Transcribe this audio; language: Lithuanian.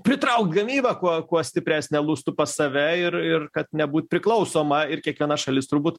pritraukt gamybą kuo kuo stipresnę lustų pas save ir ir kad nebūt priklausoma ir kiekviena šalis turbūt